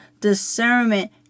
discernment